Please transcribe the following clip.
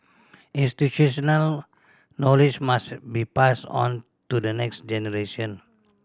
institutional knowledge must be passed on to the next generation